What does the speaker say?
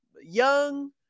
young